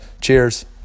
Cheers